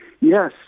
Yes